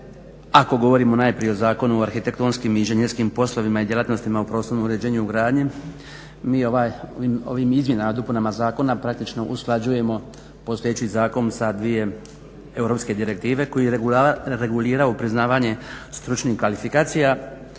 ako govorimo najprije o Zakonu o arhitektonskim inženjerskim poslovima i djelatnostima u prostornom uređenju i gradnji mi ovim izmjenama i dopunama zakona praktično usklađujemo postojeći zakon sa 2 europske direktive koje reguliraju priznavanje stručnih kvalifikacija,